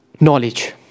knowledge